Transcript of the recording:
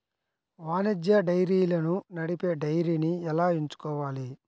వాణిజ్య డైరీలను నడిపే డైరీని ఎలా ఎంచుకోవాలి?